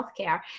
healthcare